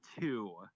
two